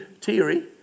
teary